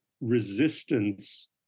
resistance